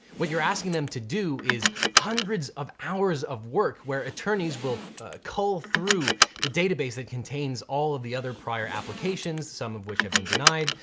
what you're asking them to do is hundreds of hours of work where attorneys will cull through the database that contains all of the other prior applications, some of which have been denied,